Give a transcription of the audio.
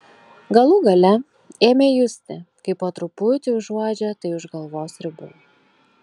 galų gale ėmė justi kaip po truputį užuodžia tai už galvos ribų